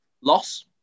Loss